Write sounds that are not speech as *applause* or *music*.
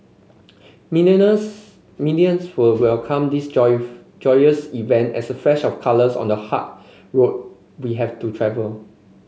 *unintelligible* millions will welcome this *unintelligible* joyous event as a flash of colours on the hard road we have to travel